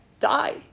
Die